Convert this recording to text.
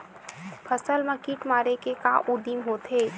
फसल मा कीट मारे के का उदिम होथे?